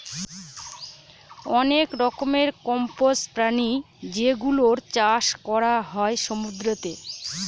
অনেক রকমের কম্বোজ প্রাণী যেগুলোর চাষ করা হয় সমুদ্রতে